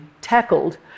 tackled